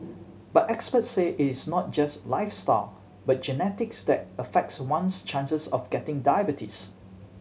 but experts say it is not just lifestyle but genetics that affects one's chances of getting diabetes